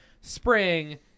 spring